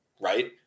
right